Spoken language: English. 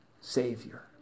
Savior